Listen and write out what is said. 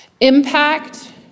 Impact